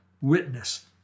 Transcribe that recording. witness